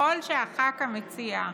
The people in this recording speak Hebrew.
ככל שהח"כ המציע,